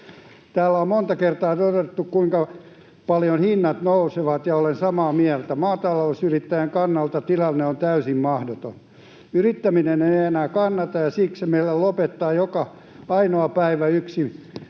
Täällä on monta kertaa todettu, kuinka paljon hinnat nousevat, ja olen samaa mieltä: maatalousyrittäjän kannalta tilanne on täysin mahdoton. Yrittäminen ei enää kannata, ja siksi meillä lopettaa joka ainoa päivä yksi